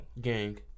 gang